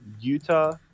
Utah